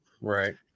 Right